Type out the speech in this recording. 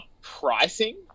pricing